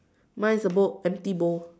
mine is a bowl a empty bowl